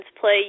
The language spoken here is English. play